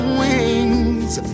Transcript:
wings